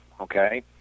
okay